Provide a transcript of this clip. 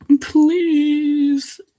Please